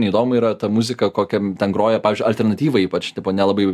neįdomu yra ta muzika kokiam ten groja pavyzdžiui alternatyva ypač tipo nelabai